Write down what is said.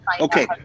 Okay